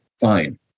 fine